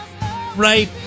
Right